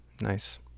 Nice